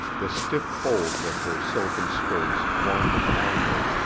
the stiff folds of her silken skirts formed an angle,